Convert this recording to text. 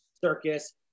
circus